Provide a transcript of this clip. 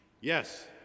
yes